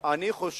פתאום, לא יכול